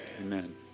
Amen